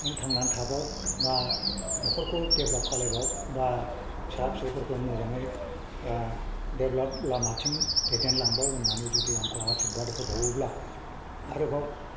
नों थांना थाबाव बा न'खरखौ देभलप्त खालामबाव बा फिसा फिसौफोरखौ मोजाङै देभलप्त लामाथिं दैदेनलांबाव होननानै जुदि आंखौ आसिरबाद होबावोब्ला आरोबाव